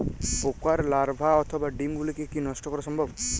পোকার লার্ভা অথবা ডিম গুলিকে কী নষ্ট করা সম্ভব?